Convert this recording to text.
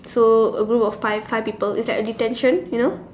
so a group of five five people it's like a detention you know